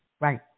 Right